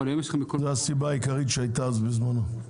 זו הסיבה העיקרית שהייתה אז בזמנו.